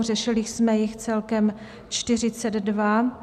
Řešili jsme jich celkem 42.